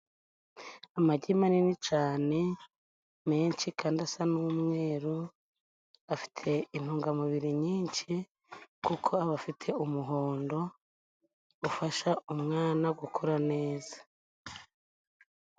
Amagi manini cane menshi, kandi asa n'umweru, afite intungamubiri nyinshi, kuko aba afite umuhondo ufasha umwana gukura neza.